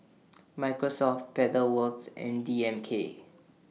Microsoft Pedal Works and D M K